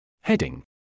Heading